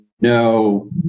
no